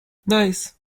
nice